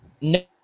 No